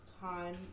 Time